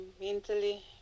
mentally